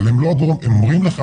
אבל הם אומרים לך,